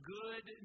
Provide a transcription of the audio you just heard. good